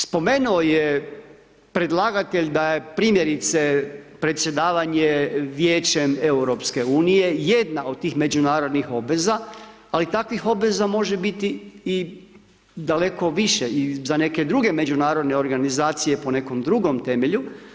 Spomenuo je predlagatelj da je, primjerice, predsjedavanje Vijećem EU jedna od tih međunarodnih obveza, ali takvih obveza može biti i daleko više i za neke druge međunarodne organizacije, po nekom drugom temelju.